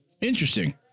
Interesting